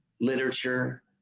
literature